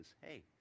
Hey